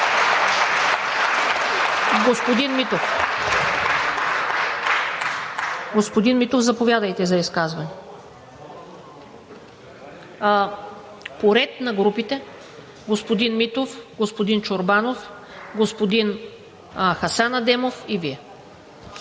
Господин Митов, заповядайте за изказване. По ред на групите – господин Митов, господин Чорбанов, господин Хасан Адемов и Вие,